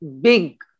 big